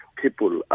people